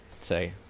Say